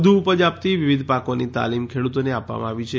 વધુ ઉપજ આપતી વિવિધ પાકોની તાલીમ ખેડૂતોને આપવામાં આવી છે